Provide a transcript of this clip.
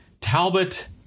Talbot